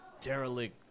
derelict